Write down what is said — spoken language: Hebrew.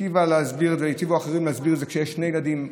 היטיבו אחרים להסביר את זה: כשיש שני ילדים,